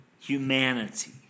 humanity